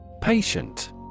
Patient